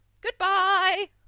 Goodbye